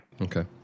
Okay